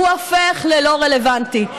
הוא הופך ללא רלוונטי.